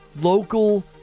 local